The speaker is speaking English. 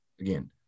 Again